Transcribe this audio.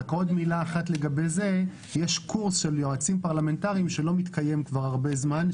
יש קורס של יועצים פרלמנטריים שלא מתקיים כבר הרבה זמן,